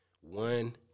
one